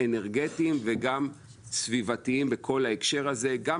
אנרגטיים וסביבתיים בכל ההקשר הזה; גם